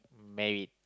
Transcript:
married